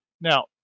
Now